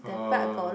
uh